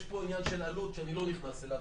יש פה עניין של עלות שאני לא נכנס אליו,